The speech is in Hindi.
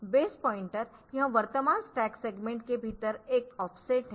बेस पॉइंटर यह वर्तमान स्टैक सेगमेंट के भीतर एक ऑफसेट है